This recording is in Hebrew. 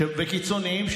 וקיצוניים,